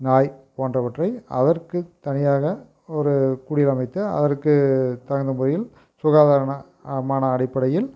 நாய் போன்றவற்றை அதற்குத் தனியாக ஒரு குடில் அமைத்து அதற்குத் தகுந்த முறையில் சுகாதாரன மான அடிப்படையில்